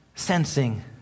Sensing